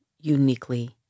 uniquely